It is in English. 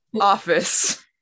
office